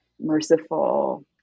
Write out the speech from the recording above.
merciful